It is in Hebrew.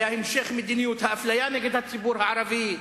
היה המשך מדיניות האפליה נגד הציבור הערבי,